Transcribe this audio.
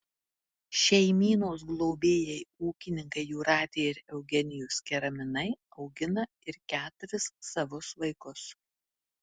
šeimynos globėjai ūkininkai jūratė ir eugenijus keraminai augina ir keturis savus vaikus